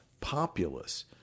populace